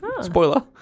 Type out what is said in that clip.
Spoiler